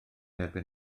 erbyn